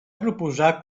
proposar